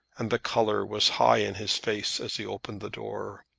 and the colour was high in his face as he opened the door.